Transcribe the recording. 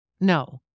No